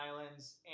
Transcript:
Islands